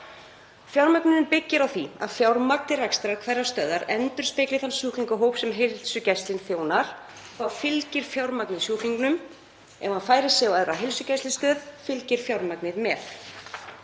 Fjármögnunin byggir á því að fjármagn til rekstrar hverrar stöðvar endurspegli þann sjúklingahóp sem heilsugæslan þjónar. Þá fylgir fjármagnið sjúklingnum — ef hann færir sig á aðra heilsugæslustöð fylgir fjármagnið með.